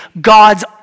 God's